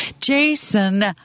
Jason